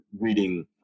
reading